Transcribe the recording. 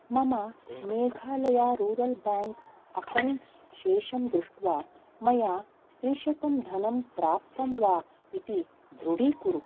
मम Meghalaya rural bank accounts शेषं दृष्ट्वा मया त्रिशतं धनं प्राप्तं वा इति दृढीकुरु